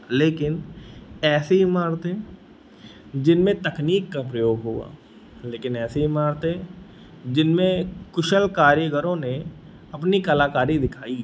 लेकिन ऐसी इमारतें जिनमें तकनीक का प्रयोग हुआ लेकिन ऐसी इमारतें जिनमें कुशल कारीगरों ने अपनी कलाकारी दिखाई